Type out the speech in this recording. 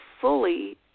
fully